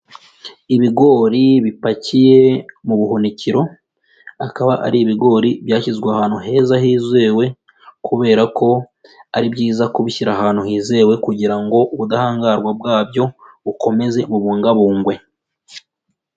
Ibigori bipakiye mu buhunikiro, akaba ari ibigori byashyizwe ahantu heza hizewe kubera ko ari byiza kubishyira ahantu hizewe, kugira ngo ubudahangarwa bwabyo bukomeze bubungabungwe.